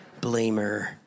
Blamer